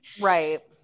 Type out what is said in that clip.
Right